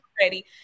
ready